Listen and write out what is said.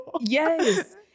yes